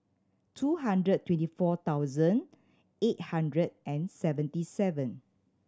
two hundred twenty four thousand eight hundred and seventy seven